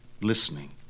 listening